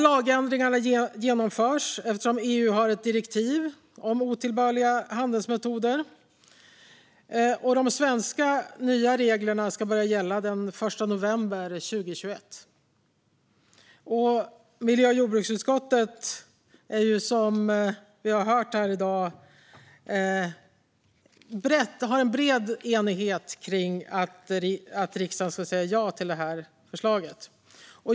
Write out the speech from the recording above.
Lagändringarna genomförs eftersom EU har ett direktiv om otillbörliga handelsmetoder. De svenska nya reglerna ska börja gälla den 1 november 2021. Miljö och jordbruksutskottet har, som vi har hört här i dag, bred enighet om att riksdagen ska säga ja till det här förslaget.